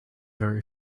very